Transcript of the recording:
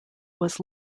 was